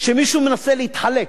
שמישהו מנסה להתחלק